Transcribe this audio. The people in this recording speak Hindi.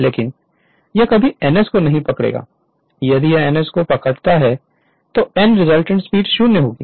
लेकिन यह कभी ns को नहीं पकड़ेगा यदि यह ns को पकड़ता है तो n रिलेटिव स्पीड 0 होगी